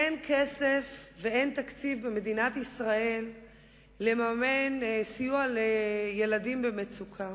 אין כסף ואין תקציב במדינת ישראל לממן סיוע לילדים במצוקה.